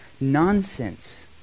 nonsense